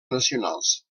nacionals